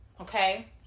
okay